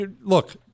Look